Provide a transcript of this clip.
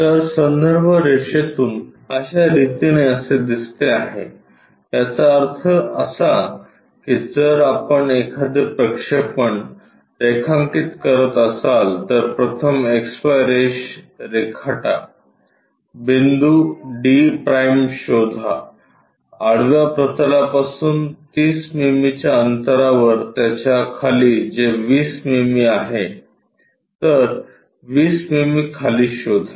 तर संदर्भ रेषेतून अश्या रितीने असे दिसते आहे याचा अर्थ असा की जर आपण एखादे प्रक्षेपण रेखांकित करत असाल तर प्रथम XY रेषा रेखाटा बिंदू d' शोधा आडव्या प्रतलापासून 30 मिमीच्या अंतरावर त्याच्या खाली जे 20 मिमी आहे तर 20 मिमी खाली शोधा